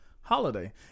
holiday